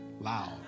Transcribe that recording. Loud